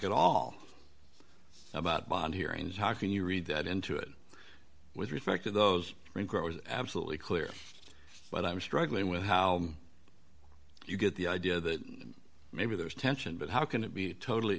at all about bond hearings how can you read that into it with respect to those absolutely clear but i'm struggling with how you get the idea that maybe there's tension but how can it be totally